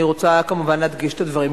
אני רוצה כמובן להדגיש את הדברים.